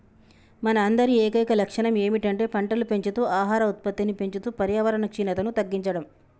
మన అందరి ఏకైక లక్షణం ఏమిటంటే పంటలు పెంచుతూ ఆహార ఉత్పత్తిని పెంచుతూ పర్యావరణ క్షీణతను తగ్గించడం